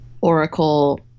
Oracle